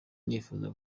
nifuza